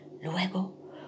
Luego